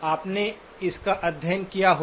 आपने इसका अध्ययन किया होगा